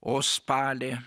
o spali